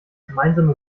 gemeinsame